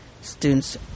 students